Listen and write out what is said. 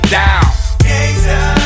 down